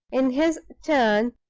in his turn,